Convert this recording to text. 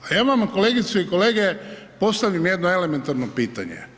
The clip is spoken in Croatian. Da ja vama kolegice i kolege postavim jedno elementarno pitanje.